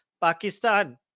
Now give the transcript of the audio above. Pakistan